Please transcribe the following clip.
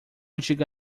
diga